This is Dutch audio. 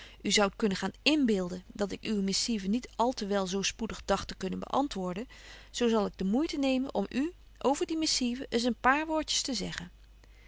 u zoudt kunnen gaan inbeelden dat ik uwe missive niet al te wel zo spoedig dagt te kunnen beantwoorden zo zal ik de moeite nemen om u over die missive eens een paar woordjes te zeggen